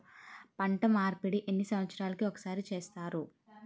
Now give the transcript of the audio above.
పంట మార్పిడి ఎన్ని సంవత్సరాలకి ఒక్కసారి చేస్తారు?